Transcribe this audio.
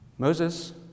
Moses